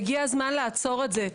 והגיע הזמן לעצור את זה.